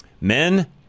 Men